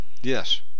yes